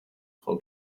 frau